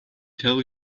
tell